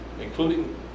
including